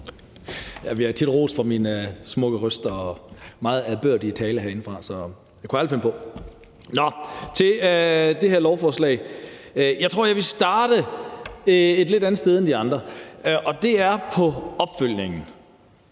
bliver tit rost for min smukke røst og min meget ærbødige måde at tale på herinde, så det kunne jeg aldrig finde på. Nå, men nu til det her lovforslag. Jeg tror, jeg vil starte et lidt andet sted end de andre, og det er med opfølgningen.